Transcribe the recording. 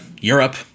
Europe